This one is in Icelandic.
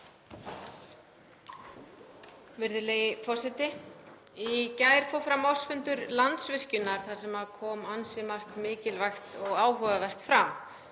Virðulegi forseti. Í gær fór fram ársfundur Landsvirkjunar þar sem kom ansi margt mikilvægt og áhugavert fram.